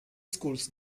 schools